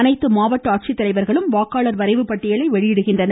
அனைத்து மாவட்ட ஆட்சித்தலைவா்களும் வாக்காளர் வரைவு பட்டியலை வெளியிடுகின்றனர்